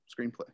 screenplay